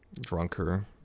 drunker